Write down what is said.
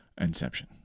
Inception